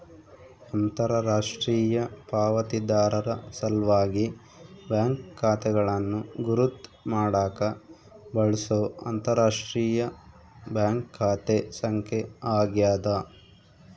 ಅಂತರರಾಷ್ಟ್ರೀಯ ಪಾವತಿದಾರರ ಸಲ್ವಾಗಿ ಬ್ಯಾಂಕ್ ಖಾತೆಗಳನ್ನು ಗುರುತ್ ಮಾಡಾಕ ಬಳ್ಸೊ ಅಂತರರಾಷ್ಟ್ರೀಯ ಬ್ಯಾಂಕ್ ಖಾತೆ ಸಂಖ್ಯೆ ಆಗ್ಯಾದ